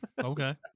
okay